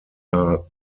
are